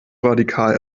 radikal